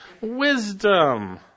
wisdom